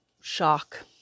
shock